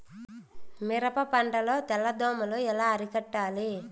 మిరప పంట లో తెల్ల దోమలు ఎలా అరికట్టాలి?